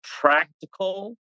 practical